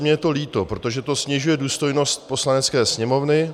Mně osobně je to líto, protože to snižuje důstojnost Poslanecké sněmovny.